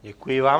Děkuji vám.